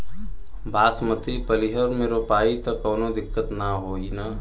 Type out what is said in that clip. बासमती पलिहर में रोपाई त कवनो दिक्कत ना होई न?